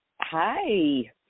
Hi